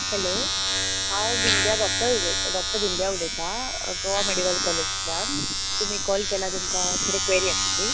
hello हांव Vindya doctor उलयतां doctor Vindya उलयतां गोवा मॅडिकल कॉलेजिंतल्यान तुमी कॉल केला तुमकां कितें क्वरी आशिल्ली